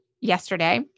yesterday